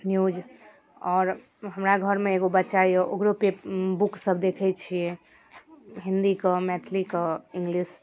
news आओर हमरा घरमे एगो बच्चा अइ ओकरोपर बुकसब देखै छिए हिन्दीके मैथिलीके इङ्गलिश